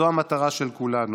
זו המטרה של כולנו.